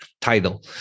title